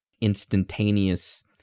instantaneous